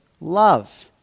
love